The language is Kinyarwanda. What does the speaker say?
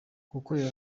gukorera